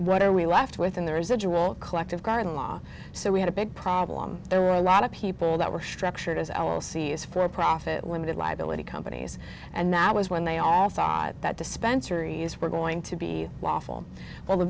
what are we left with in the residual collective current law so we had a big problem there a lot of people that were structured as i will see is for profit limited liability companies and that was when they all thought that dispensary is were going to be lawful well